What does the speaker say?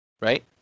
right